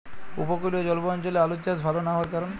উপকূলীয় জলবায়ু অঞ্চলে আলুর চাষ ভাল না হওয়ার কারণ?